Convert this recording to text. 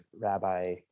rabbi